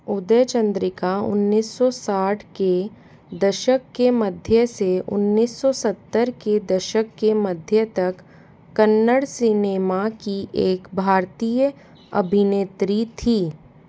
उदय चंद्रिका उन्नीस सौ साठ के दशक के मध्य से उन्नीस सौ सत्तर के दशक के मध्य तक कन्नड़ सिनेमा की एक भारतीय अभिनेत्री थीं